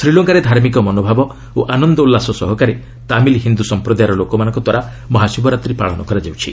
ଶ୍ରୀଲଙ୍କାରେ ଧାର୍ମିକ ମନୋଭାବ ଓ ଆନନ୍ଦ ଉଲ୍ଲାସ ସହକାରେ ତାମିଲ୍ ହନ୍ଦୁ ସମ୍ପ୍ରଦାୟର ଲୋକମାନଙ୍କଦ୍ୱାରା ମହାଶିବରାତ୍ରୀ ପାଳନ କରାଯାଉଛି